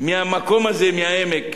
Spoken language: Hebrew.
שמהמקום הזה, מהעמק,